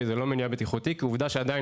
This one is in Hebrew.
זה לא מניעה בטיחותי כי עובדה שעדיין